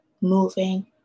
moving